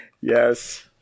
Yes